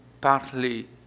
partly